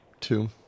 two